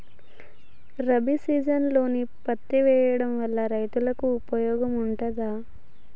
రబీ సీజన్లో పత్తి వేయడం వల్ల రైతులకు ఉపయోగం ఉంటదా?